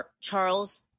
Charles